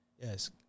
Yes